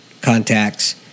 contacts